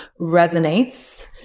resonates